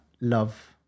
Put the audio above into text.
love